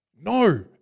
No